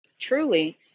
truly